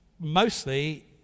Mostly